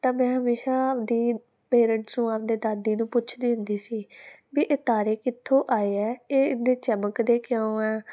ਤਾਂ ਮੈਂ ਹਮੇਸ਼ਾ ਆਪਦੀ ਪੇਰੈਂਟਸ ਨੂੰ ਆਪਦੇ ਦਾਦੀ ਨੂੰ ਪੁੱਛਦੀ ਹੁੰਦੀ ਸੀ ਵੀ ਇਹ ਤਾਰੇ ਕਿੱਥੋਂ ਆਏ ਹੈ ਇਹ ਐਨੇ ਚਮਕਦੇ ਕਿਉਂ ਆਂ